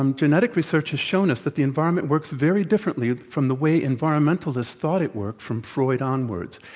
um genetic research has shown us that the environment works very differently from the way environmentalists thought it worked, from freud onwards.